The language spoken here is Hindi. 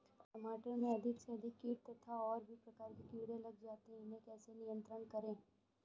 टमाटर में अधिक से अधिक कीट तथा और भी प्रकार के कीड़े लग जाते हैं इन्हें कैसे नियंत्रण करें?